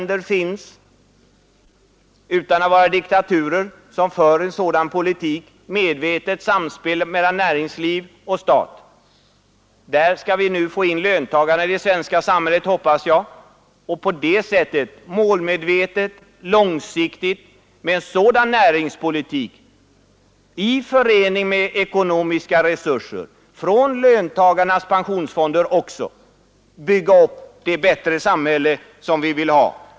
Det finns andra länder som utan att vara diktaturer för en sådan politik, som har ett medvetet samspel mellan näringsliv och stat. I det svenska samhället skall vi, hoppas jag, också få in löntagare i detta samspel. Med hjälp av denna näringspolitik i förening med ekonomiska resurser också från löntagarnas pensionsfonder skall vi målmedvetet och långsiktigt bygga upp det bättre samhälle som vi vill ha.